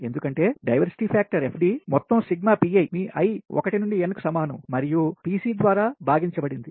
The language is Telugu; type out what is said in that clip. ఎందుకంటే డైవర్సిటీ ఫ్యాక్టర్ మొత్తం సిగ్మా Pi మీ i 1 నుండి n కు సమానం మరియు Pc ద్వారా భాగించబడింది